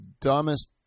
dumbest